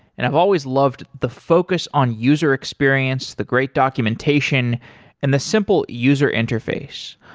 and i've always loved the focus on user experience, the great documentation and the simple user interface.